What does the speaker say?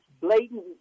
blatant